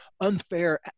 unfair